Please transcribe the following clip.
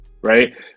Right